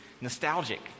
nostalgic